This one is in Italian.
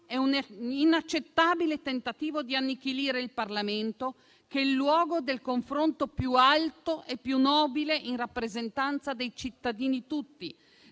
è un inaccettabile tentativo di annichilire il Parlamento, che è il luogo del confronto più alto e più nobile in rappresentanza dei cittadini tutti,